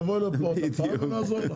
תבואי עוד פעם לכאן ונעזור לך.